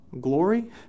glory